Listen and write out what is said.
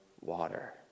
water